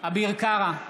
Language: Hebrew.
אביר קארה,